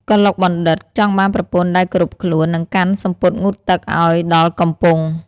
កឡុកបណ្ឌិត្យ ចង់បានប្រពន្ធដែលគោរពខ្លួន និងកាន់សំពត់ងូតទឹកឱ្យដល់កំពង់ ។